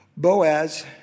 Boaz